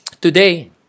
today